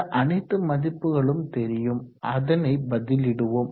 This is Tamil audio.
இந்த அனைத்து மதிப்புகளும் தெரியும் அதனை பதிலிடுவோம்